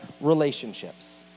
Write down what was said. relationships